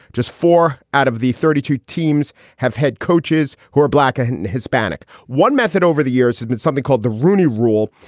just four out of the thirty two teams have head coaches who are black and hispanic. one method over the years has been something called the rooney rule,